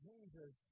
Jesus